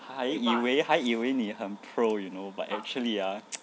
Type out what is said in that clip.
还以为还以为你很 pro you know but actually ah